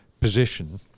position